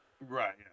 Right